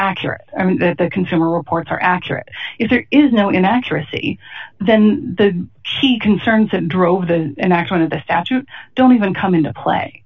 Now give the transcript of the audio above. that the consumer reports are accurate if there is no inaccuracy then the key concerns that drove the enactment of the statute don't even come into play